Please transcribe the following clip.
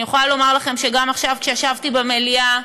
אני יכולה לומר לכם שגם עכשיו, כשישבתי במליאה,